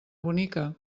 bonica